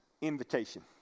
invitation